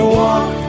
walk